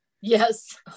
yes